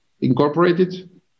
incorporated